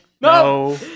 no